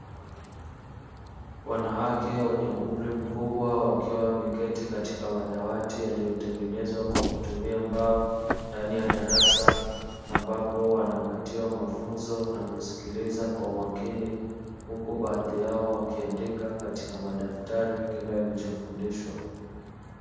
Wanawake wenye umri mkubwa wakiwa wameketi katika madawati yaliyotengenezwa kwa kutumia mbao, ndani ya darasa ambapo wanapatiwa mafunzo na kusikiliza kwa umakini, huku baadhi yao wakiandika katika madaftari kile alichofundishwa.